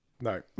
No